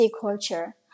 culture